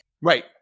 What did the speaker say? Right